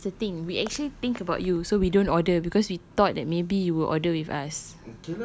ya but that's the thing we actually think about you so we don't order because we thought that maybe you order with us